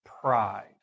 pride